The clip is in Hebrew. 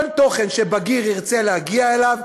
כל תוכן שבגיר ירצה להגיע אליו,